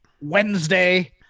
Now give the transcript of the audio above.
Wednesday